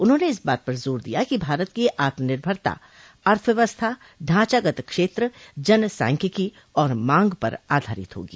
उन्होंने इस बात पर जोर दिया कि भारत की आत्मनिर्भरता अर्थव्यवस्था ढांचागत क्षेत्र जनसांख्यिकी और मांग पर आधारित होगी